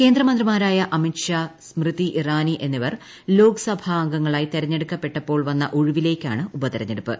കേന്ദ്രമന്ത്രിമാരായ അമിത്ഷാ സ്മൃതി ഇറാനി എന്നിവർ ലോക്സഭാ അംഗങ്ങളായി തെരഞ്ഞെടുക്കപ്പെട്ടപ്പോൾ വന്ന ഒഴിവിലേക്കാണ് ഉപതെരഞ്ഞെടുപ്പ്